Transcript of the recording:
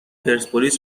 پرسپولیس